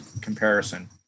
comparison